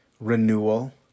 renewal